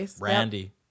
Randy